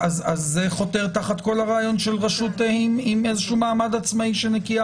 זה חותר תחת כל הרעיון של רשות עם איזשהו מעמד עצמאי שהיא נקייה